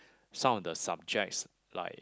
some of the subjects like